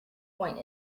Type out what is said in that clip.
point